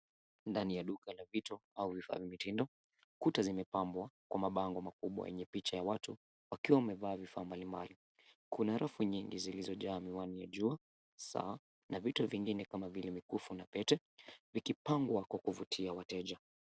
Ndani ya duka la vitu au vifaa vya mitindo. Kuta zimepambwa kwa mabango makubwa yenye picha ya watu wakiwa wamevaa vifaa mbalimbali. Kuna rafu nyingi zilizojaa miwani ya jua, saa na vito vingine kama vile mikufu na pete vikipangwa kwa kuvutia wateja.